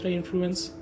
influence